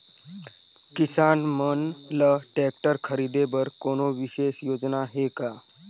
किसान मन ल ट्रैक्टर खरीदे बर कोनो विशेष योजना हे का?